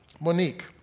Monique